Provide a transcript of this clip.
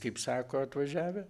kaip sako atvažiavę